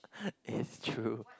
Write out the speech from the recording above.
it's true